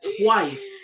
twice